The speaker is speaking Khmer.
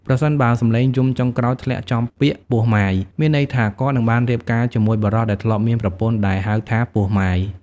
ប្រសិនបើសំឡេងយំចុងក្រោយធ្លាក់ចំពាក្យ ពោះម៉ាយ មានន័យថាគាត់នឹងបានរៀបការជាមួយបុរសដែលធ្លាប់មានប្រពន្ធដែលហៅថា ពោះម៉ាយ ។